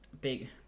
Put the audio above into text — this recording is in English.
big